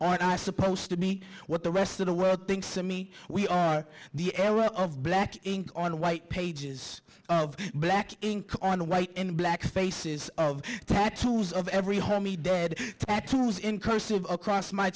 on i suppose to me what the rest of the world thinks of me we are the era of black ink on white pages of black ink on white and black faces of tattoos of every homey dead tattoos in cursive across my